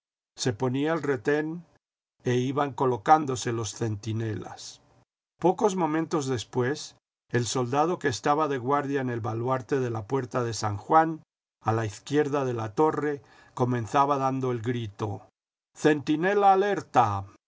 se ponía el retén e iban colocándose los centinelas pocos momentos después el soldado que estaba de guardia en el baluarte de la puerta de san juan a la izquierda de la torre comenzaba dando el grito centinela alertad